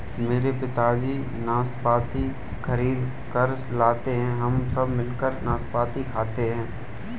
मेरे पिताजी नाशपाती खरीद कर लाते हैं हम सब मिलकर नाशपाती खाते हैं